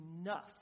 enough